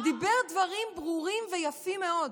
ואמר דברים ברורים ויפים מאוד